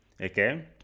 Okay